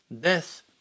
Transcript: death